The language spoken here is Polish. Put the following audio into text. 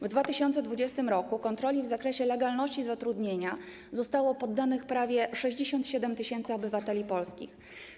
W 2020 r. kontroli w zakresie legalności zatrudnienia zostało poddanych prawie 67 tys. obywateli polskich.